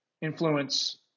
influence